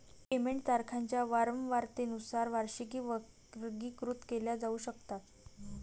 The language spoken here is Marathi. पेमेंट तारखांच्या वारंवारतेनुसार वार्षिकी वर्गीकृत केल्या जाऊ शकतात